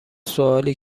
سوالی